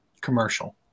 commercial